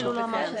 ועדה.